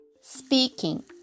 Speaking